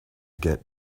get